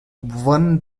won